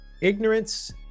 ignorance